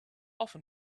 often